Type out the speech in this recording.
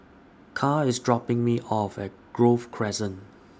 Karl IS dropping Me off At Grove Crescent